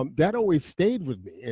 um that always stayed with me.